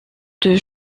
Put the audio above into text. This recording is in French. deux